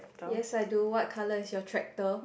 yes I do what colour is your tractor